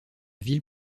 ville